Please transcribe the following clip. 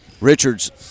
richards